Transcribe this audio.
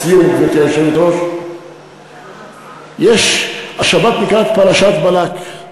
לסיום, גברתי היושבת-ראש, השבת נקראת פרשת בלק,